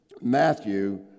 Matthew